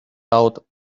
out